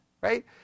right